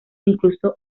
incluso